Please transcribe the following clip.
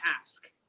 ask